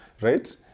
right